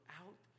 out